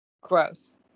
Gross